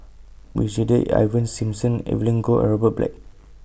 Brigadier Ivan Simson Evelyn Goh and Robert Black